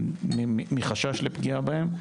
מחשש לפגיעה בהם.